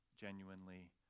genuinely